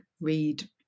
read